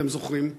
אתם זוכרים,